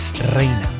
reina